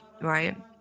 right